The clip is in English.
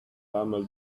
camel